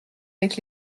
avec